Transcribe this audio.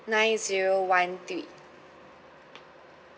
nine zero one three